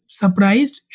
surprised